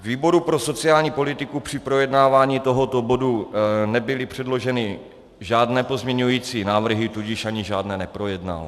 Výboru pro sociální politiku při projednávání tohoto bodu nebyly předloženy žádné pozměňující návrhy, tudíž ani žádné neprojednal.